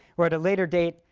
or, at a later date,